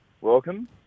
Welcome